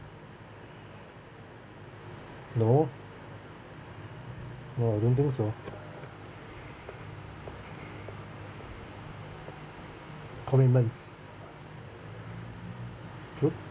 no no I don't think so commitments group